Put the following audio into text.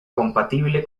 compatible